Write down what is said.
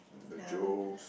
the Joes